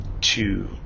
two